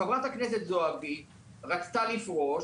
חברת הכנסת זועבי רצתה לפרוש,